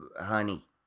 honey